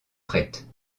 prête